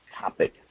topic